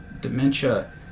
dementia